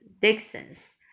Dixon's